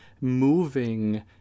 moving